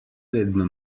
vedno